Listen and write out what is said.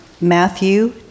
Matthew